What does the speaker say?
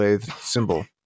symbol